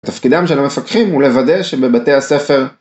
תפקידם של המפקחים הוא לוודא שבבתי הספר